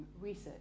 Research